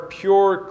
pure